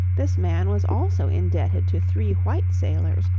this man was also indebted to three white sailors,